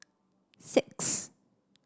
six